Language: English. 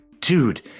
dude